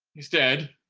is dead,